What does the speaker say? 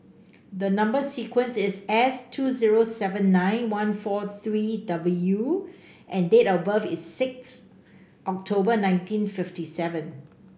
number sequence is S two zero seven nine one four three W and date of birth is six October nineteen fifty seven